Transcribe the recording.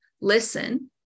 listen